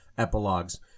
epilogues